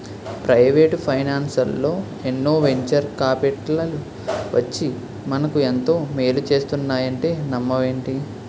Private ఫైనాన్సల్లో ఎన్నో venture కాపిటల్లు వచ్చి మనకు ఎంతో మేలు చేస్తున్నాయంటే నమ్మవేంటి?